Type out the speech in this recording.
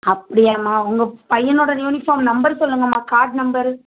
அப்படியாம்மா உங்கள் பையனோடய யூனிஃபார்ம் நம்பர் சொல்லுங்கம்மா கார்ட் நம்பரு